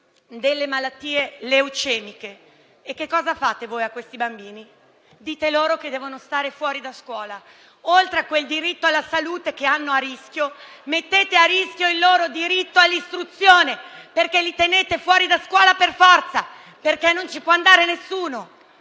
hanno malattie leucemiche. Che cosa fate voi a questi bambini? Dite loro che devono stare fuori da scuola. Oltre a quel diritto alla salute che hanno a rischio, mettete a rischio il loro diritto all'istruzione, perché li tenete fuori da scuola per forza, perché non ci può andare nessuno